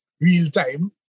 real-time